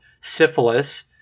syphilis